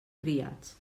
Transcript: criats